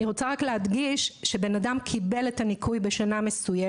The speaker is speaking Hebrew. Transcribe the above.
אני רוצה רק להדגיש שאם בן אדם קיבל את מלוא הניכוי בשנה מסוימת,